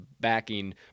backing